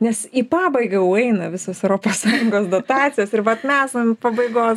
nes į pabaigą jau eina visos europos sąjungos dotacijos ir vat mes ant pabaigos